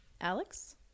Alex